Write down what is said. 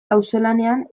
auzolanean